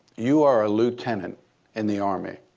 you are a lieutenant in the army.